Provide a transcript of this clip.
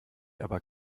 aber